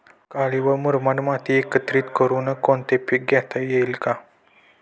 काळी व मुरमाड माती एकत्रित करुन कोणते पीक घेता येईल का?